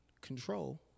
control